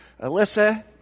Alyssa